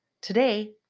today